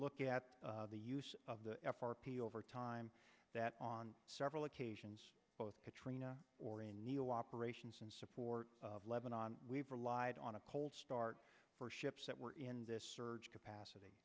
look at the use of the f r p over time that on several occasions katrina or a new operations in support of lebanon we've relied on a cold start for ships that were in this surge capacity